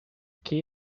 key